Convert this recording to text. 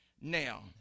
Now